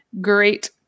great